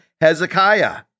Hezekiah